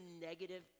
negative